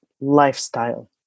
lifestyle